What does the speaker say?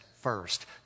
first